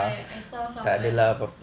I I saw somewhere